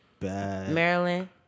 Maryland